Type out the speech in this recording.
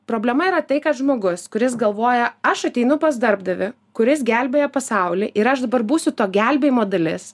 problema yra tai kad žmogus kuris galvoja aš ateinu pas darbdavį kuris gelbėja pasaulį ir aš dabar būsiu to gelbėjimo dalis